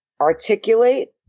articulate